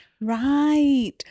Right